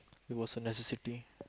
it was a necessity